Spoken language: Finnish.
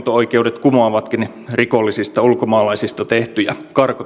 oikeudet kumoavatkin rikollisista ulkomaalaisista tehtyjä karkotuspäätöksiä